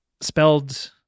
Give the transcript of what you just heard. Spelled